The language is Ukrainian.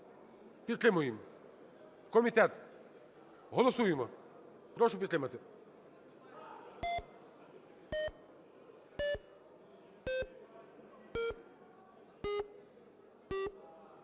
підтримуємо – в комітет. Голосуємо. Прошу підтримати.